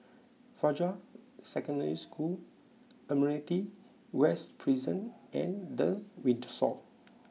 Fajar Secondary School Admiralty West Prison and The Windsor